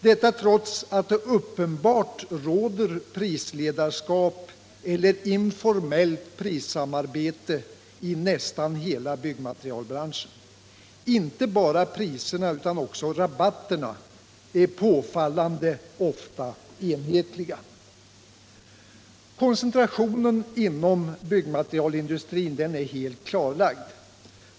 Detta trots att det uppenbart råder prisledarskap eller informellt prissamarbete i nästan hela byggmaterialbranschen. Inte bara priserna utan också rabatterna är påfallande ofta enhetliga. Koncentrationen inom byggmaterialindustrin är helt klarlagd.